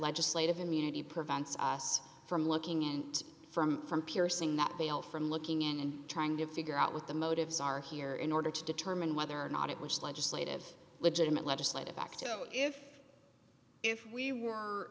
legislative immunity prevents us from looking in from from piercing that they'll from looking in and trying to figure out what the motives are here in order to determine whether or not it was legislative legitimate legislative act if if we were